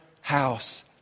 house